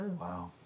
Wow